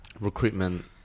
recruitment